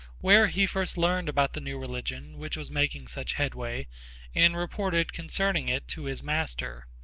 where he first learned about the new religion which was making such headway and reported concerning it to his master.